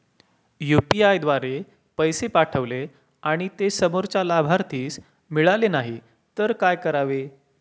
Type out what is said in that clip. UPI द्वारे पैसे पाठवले आणि ते समोरच्या लाभार्थीस मिळाले नाही तर काय करावे?